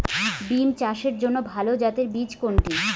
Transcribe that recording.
বিম চাষের জন্য ভালো জাতের বীজ কোনটি?